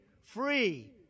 free